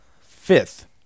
fifth